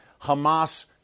Hamas